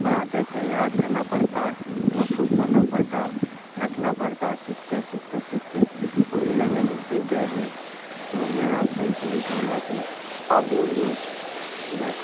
پڑھاتے تھے یاد کرنا پڑتا تلفظ پڑھنا پڑتا رٹنا پڑتا سیکھتے سیکھتے سیکھتے اردو لینگویج ہم سیکھ گئے ہیں تو میں آپ سبھی سے یہی کہوں گا کہ آپ بھی اردو